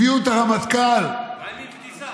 הביאו את הרמטכ"ל, מה עם אבתיסאם?